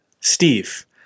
Steve